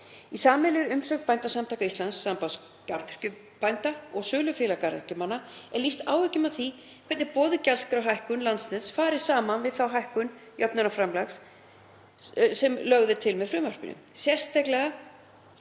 Í sameiginlegri umsögn Bændasamtaka Íslands, Sambands garðyrkjubænda og Sölufélags garðyrkjumanna er lýst áhyggjum af því hvernig boðuð gjaldskrárhækkun Landsnets fari saman við þá hækkun jöfnunarframlags sem lögð er til með frumvarpinu,